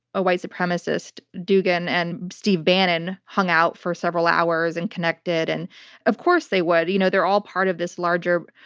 a white supremacist-dugin and steve bannon hung out for several hours and connected. and of course they would. you know they're all part of this larger,